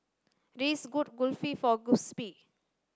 Reese good Kulfi for Giuseppe